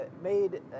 made